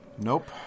Nope